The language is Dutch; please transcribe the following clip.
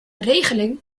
regeling